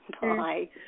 Bye